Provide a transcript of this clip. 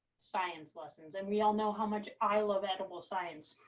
science lessons. and we all know how much i love edible science.